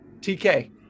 TK